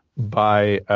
by